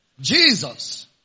Jesus